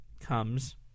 comes